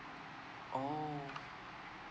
orh